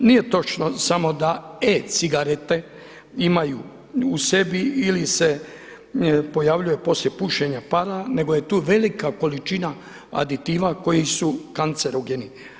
Nije točno samo da e-cigarete imaju u sebi ili se pojavljuje poslije pušenja para, nego je tu velika količina aditiva koji su kancerogeni.